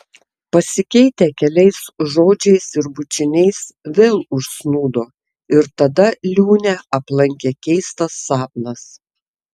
pasikeitę keliais žodžiais ir bučiniais vėl užsnūdo ir tada liūnę aplankė keistas sapnas